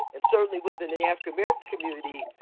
and certainly within the african-american community,